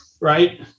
right